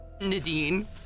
Nadine